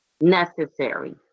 Necessary